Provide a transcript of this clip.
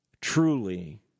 truly